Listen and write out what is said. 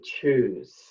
choose